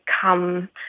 come